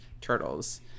turtles